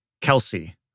Kelsey